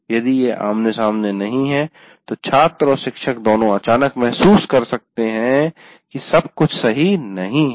यदि यह आमने सामने नहीं है तो छात्र और शिक्षक दोनों अचानक महसूस कर सकते हैं कि सब कुछ सही नहीं है